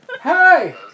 Hey